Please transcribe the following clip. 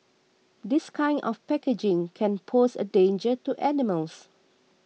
this kind of packaging can pose a danger to animals